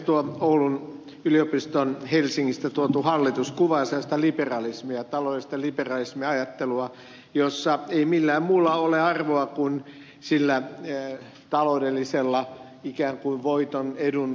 tuo oulun yliopiston helsingistä tuotu hallitus kuvaa sellaista taloudellista liberalismiajattelua jossa ei millään muulla ole arvoa kuin sillä talou dellisella ikään kuin voiton edun tavoittelulla